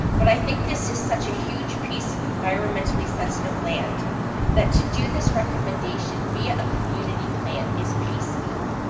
but i think this is such a huge piece of environmentally sensitive land that to do this recommendation via a community plan is piecemeal,